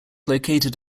located